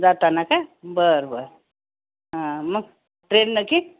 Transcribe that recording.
जाताना का बरं बरं हा मग ट्रेन नक्की